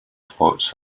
floats